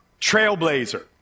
trailblazer